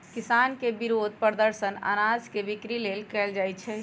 किसान के विरोध प्रदर्शन अनाज के बिक्री लेल कएल जाइ छै